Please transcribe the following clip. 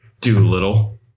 Doolittle